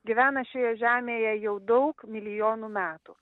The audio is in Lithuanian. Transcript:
gyvena šioje žemėje jau daug milijonų metų